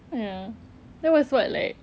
ya that was what like